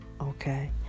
okay